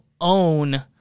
own